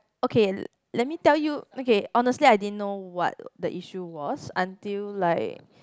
okay let me tell you okay honestly I didn't know what the issue was until like